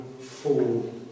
fall